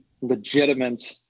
legitimate